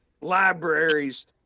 libraries